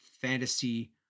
fantasy